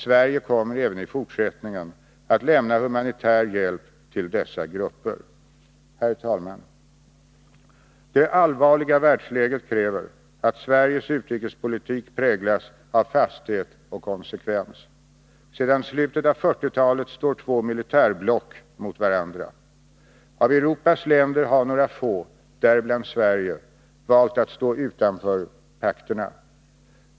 Sverige kommer även i fortsättningen att lämna humanitär hjälp till dessa grupper. Herr talman! Det allvarliga världsläget kräver att Sveriges utrikespolitik präglas av fasthet och konsekvens. Sedan slutet av 1940-talet står två militärblock mot varandra. Av Europas länder har några få, däribland Sverige, valt att stå utanför pakterna.